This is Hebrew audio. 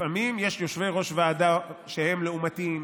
לפעמים יש יושבי-ראש ועדה שהם לעומתיים,